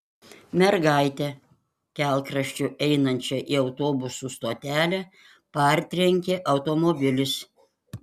mergaitę kelkraščiu einančią į autobusų stotelę partrenkė automobilis